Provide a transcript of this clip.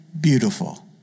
beautiful